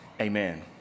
amen